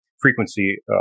frequency